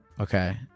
okay